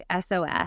SOS